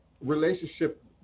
relationship